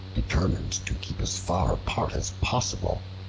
determined to keep as far apart as possible,